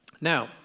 Now